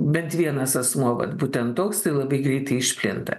bent vienas asmuo vat būtent toks tai labai greitai išplinta